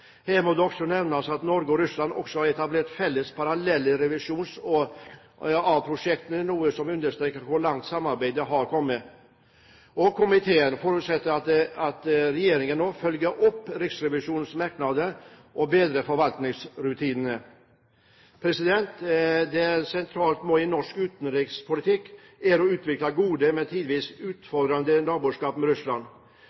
Her må det også nevnes at Norge og Russland også har etablert felles parallell revisjon av prosjektene, noe som understreker hvor langt samarbeidet har kommet. Komiteen forutsetter at regjeringen følger opp Riksrevisjonens merknader og bedrer forvaltningsrutinene. Det er et sentralt mål i norsk utenrikspolitikk å utvikle det gode, men tidvis utfordrende naboskapet med